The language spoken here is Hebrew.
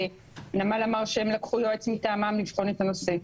שהנמל אמרו שהם לקחו יועץ מטעמם לבחון את הנושא.